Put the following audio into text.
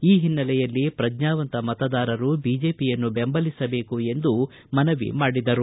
ಈ ಹಿನ್ನೆಲೆಯಲ್ಲಿ ಪ್ರಜ್ನಾವಂತ ಮತದಾರರು ಬಿಜೆಪಿಯನ್ನು ಬೆಂಬಲಿಸಬೇಕು ಎಂದು ಮನವಿ ಮಾಡಿದರು